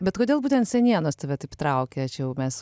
bet kodėl būtent senienos tave taip traukia čia jau mes